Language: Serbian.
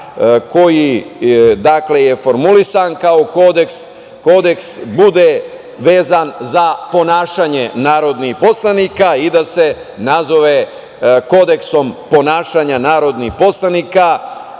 koji je formulisan kao Kodeks, bude vezan za ponašanje narodnih poslanika i da se nazove Kodeksom ponašanja narodnih poslanika,